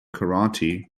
karate